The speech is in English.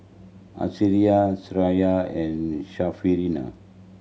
Syirah and Syarafina